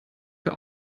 für